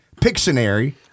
Pictionary